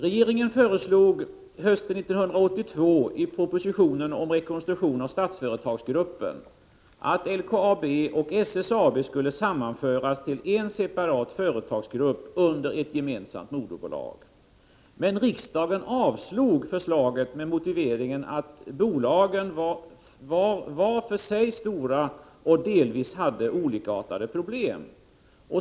Regeringen föreslog hösten 1982 i propositionen om rekonstruktion av Statsföretagsgruppen att LKAB och SSAB skulle sammanföras till en separat företagsgrupp under ett gemensamt moderbolag. Men riksdagen avslog förslaget, med motiveringen att bolagen var för sig var stora och delvis hade olikartade problem.